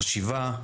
חשיבה,